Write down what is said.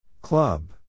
Club